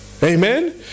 Amen